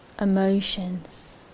emotions